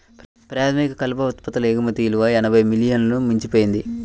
ప్రాథమిక కలప ఉత్పత్తుల ఎగుమతి విలువ ఎనభై మిలియన్లను మించిపోయింది